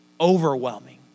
overwhelming